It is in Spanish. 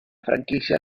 franquicia